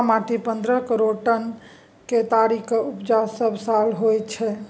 मोटामोटी पन्द्रह करोड़ टन केतारीक उपजा सबसाल होइत छै